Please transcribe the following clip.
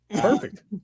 Perfect